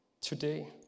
today